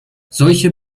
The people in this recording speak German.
solche